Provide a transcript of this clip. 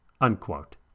unquote